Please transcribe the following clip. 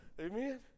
Amen